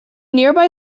nearby